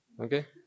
Okay